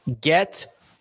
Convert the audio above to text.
Get